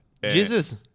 jesus